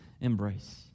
embrace